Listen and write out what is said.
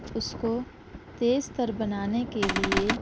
اس کو تیز تر بنانے کے لیے